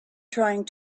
trying